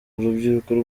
urubyiruko